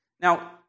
Now